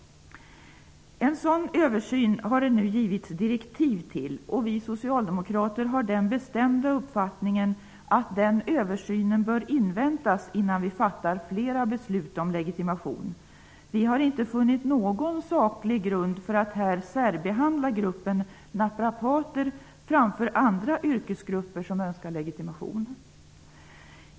En sådan översyn har det nu givits direktiv till, och vi socialdemokrater har den bestämda uppfattningen att den översynen bör inväntas innan vi fattar fler beslut om legitimation. Vi har inte funnit någon saklig grund för att här särbehandla gruppen naprapater framför andra yrkesgrupper som önskar legitimation.